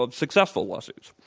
ah successful lawsuits.